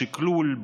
בשכלול,